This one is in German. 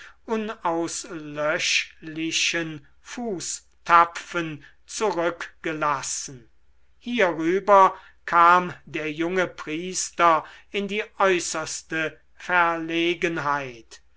unauslöschlichen fußtapfen zurückgelassen hierüber kam der junge priester in die äußerste verlegenheit